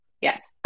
Yes